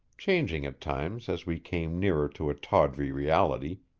changing at times as we came nearer to a tawdry reality,